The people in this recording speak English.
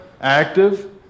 active